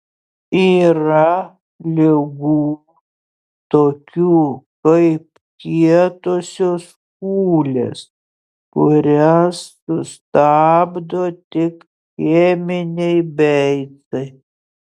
yra ligų tokių kaip kietosios kūlės kurias sustabdo tik cheminiai beicai